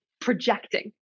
projecting